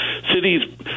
cities